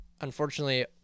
unfortunately